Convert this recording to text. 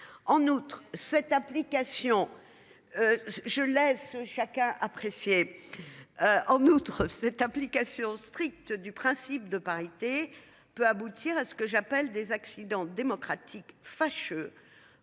En outre, cette application stricte du principe de parité peut aboutir à ce que j'appelle des accidents démocratique fâcheux.